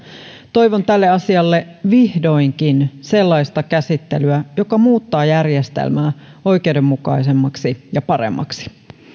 toivon tälle asialle vihdoinkin sellaista käsittelyä joka muuttaa järjestelmää oikeudenmukaisemmaksi ja paremmaksi